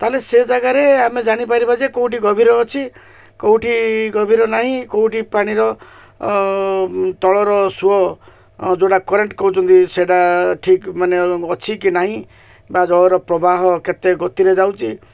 ତାହେଲେ ସେ ଜାଗାରେ ଆମେ ଜାଣିପାରିବା ଯେ କେଉଁଠି ଗଭୀର ଅଛି କେଉଁଠି ଗଭୀର ନାହିଁ କେଉଁଠି ପାଣିର ତଳର ସୁଅ ଯେଉଁଟା କରେଣ୍ଟ କହୁଛନ୍ତି ସେଟା ଠିକ୍ ମାନେ ଅଛି କି ନାହିଁ ବା ଜଳର ପ୍ରବାହ କେତେ ଗତିରେ ଯାଉଛି